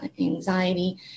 anxiety